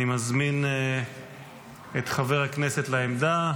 אני מזמין את חבר הכנסת לעמדה.